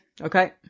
Okay